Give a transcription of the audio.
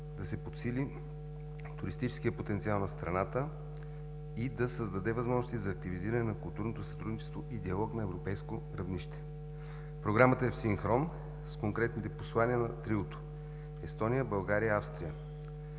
да се подсили туристическият потенциал на страната и да създаде възможности за активизиране на културното сътрудничество и диалог на европейско равнище. Програмата е в синхрон с конкретните послания на триото Естония, България, Австрия